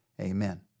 Amen